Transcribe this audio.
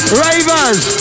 ravers